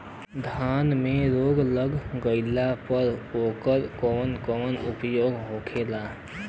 धान में रोग लग गईला पर उकर कवन कवन उपाय होखेला?